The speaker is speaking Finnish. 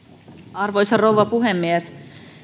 arvoisa rouva puhemies